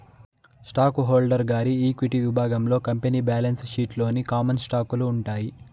stock holder గారి equity విభాగంలో company balance sheet లోని కామన్ స్టాకులు ఉంటాయి